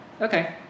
Okay